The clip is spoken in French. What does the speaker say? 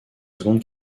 seconde